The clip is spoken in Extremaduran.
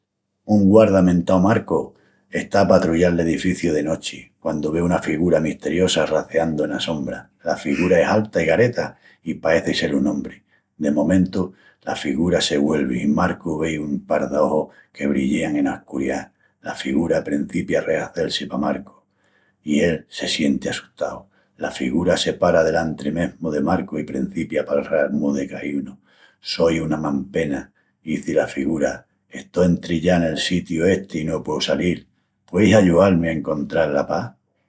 Un guarda mentau Marcu está a patrullal l'edificiu de nochi, quandu ve una figura misteriosa raceandu enas sombras. La figura es alta i gareta, i paeci sel un ombri. De momentu la figura se güelvi i Marcu vei un par d'ojus que brillean ena escuridá. La figura prencipia a arrehazel-si pa Marcu, i él se sienti assustau. La figura se para delantri mesmu de Marcu i prencipia a palral mu decaínu. "Soi una mampena", izi la figura. "Estó entrillá nel sitiu esti i no pueu salil. Pueis ayual-mi a encontral la pas?"